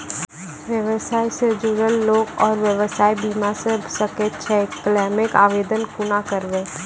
व्यवसाय सॅ जुड़ल लोक आर व्यवसायक बीमा भऽ सकैत छै? क्लेमक आवेदन कुना करवै?